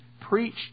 preach